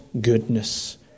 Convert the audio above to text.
goodness